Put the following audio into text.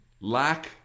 lack